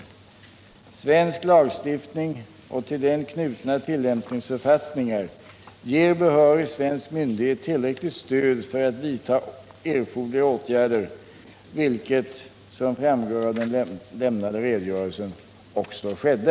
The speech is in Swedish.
= oljeutsläpp i svenskt Svensk lagstiftning och till den knutna tillämpningsförfattningar ger be = territorialvatten hörig svensk myndighet tillräckligt stöd för att vidta erforderliga åtgärder, vilket, som framgår av den lämnade redogörelsen, också skedde.